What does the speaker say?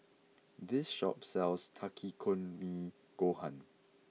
this shop sells Takikomi Gohan